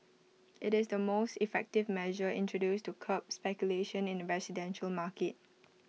IT is the most effective measure introduced to curb speculation in the residential market